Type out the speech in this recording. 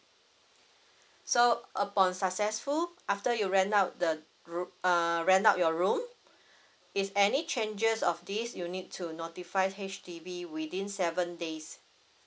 so upon successful after you rent out the room uh ran out your room if any changes of this you need to notify H_D_B within seven days